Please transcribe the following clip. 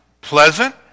pleasant